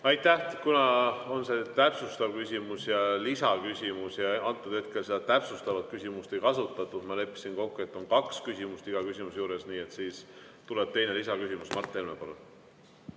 Aitäh! Meil on täpsustav küsimus ja lisaküsimus, antud hetkel täpsustavat küsimust ei kasutatud. Kuna ma leppisin kokku, et on kaks küsimust iga küsimuse juures, siis tuleb teine lisaküsimus. Mart Helme, palun!